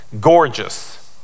gorgeous